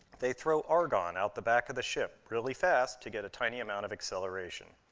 they throw argon out the back of the ship really fast to get a tiny amount of acceleration.